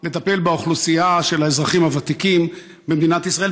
לטפל באוכלוסייה של האזרחים הוותיקים במדינת ישראל,